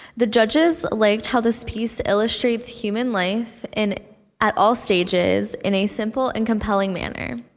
the judges liked how this piece illustrates human life in at all stages, in a simple and compelling manner.